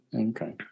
Okay